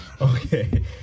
Okay